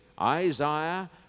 Isaiah